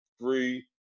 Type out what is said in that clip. three